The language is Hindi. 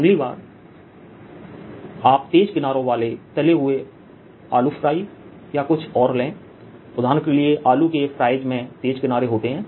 अगली बार आप तेज किनारों वाले तले हुए आलू फ्राई या कुछ और लें उदाहरण के लिए आलू के फ्राइज़ में तेज किनारों होते हैं